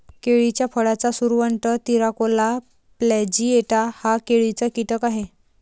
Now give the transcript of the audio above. केळीच्या फळाचा सुरवंट, तिराकोला प्लॅजिएटा हा केळीचा कीटक आहे